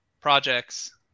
projects